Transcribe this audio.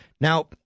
Now